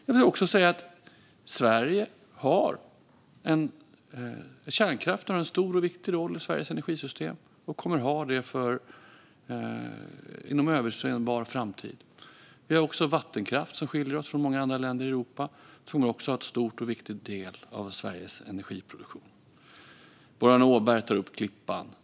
Jag vill också säga att kärnkraften har en stor och viktig roll i Sveriges energisystem och kommer att ha det inom överskådlig framtid. Vi har också vattenkraft, vilket skiljer oss från många länder i Europa. Den kommer också att vara en stor och viktig del av Sveriges energiproduktion. Boriana Åberg tar upp Klippan.